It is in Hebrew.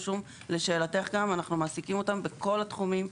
לשאלתך גם אנחנו מעסיקים אותם בכל התחומים.